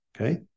Okay